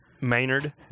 Maynard